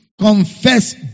confess